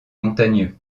montagneux